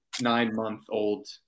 nine-month-old